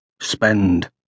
spend